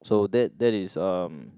so that that is uh